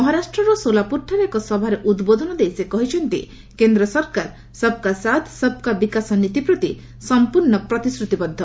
ମହାରାଷ୍ଟ୍ରର ସୋଲାପୁରଠାରେ ଏକ ସଭାରେ ଉଦ୍ବୋଧନ ଦେଇ ସେ କହିଛନ୍ତି କେନ୍ଦ୍ର ସରକାର 'ସବ୍କା ସାଥ ସବ୍କା ବିକାଶ' ନୀତି ପ୍ରତି ସମ୍ପୂର୍ଣ୍ଣ ପ୍ରତିଶ୍ରୁତିବଦ୍ଧ